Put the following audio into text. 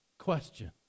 question